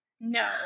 no